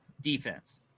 defense